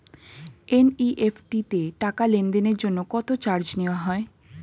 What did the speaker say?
NEFT তে টাকা লেনদেনের জন্য কত চার্জ নেয়া হয়?